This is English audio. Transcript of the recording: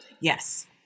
Yes